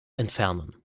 entfernen